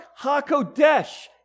HaKodesh